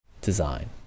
design